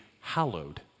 hallowed